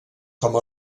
com